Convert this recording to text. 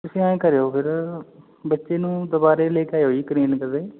ਤੁਸੀਂ ਐਂ ਕਰਿਓ ਫਿਰ ਬੱਚੇ ਨੂੰ ਦੁਬਾਰਾ ਲੈ ਕੇ ਆਇਓ ਜੀ ਕਲੀਨਿਕ 'ਤੇ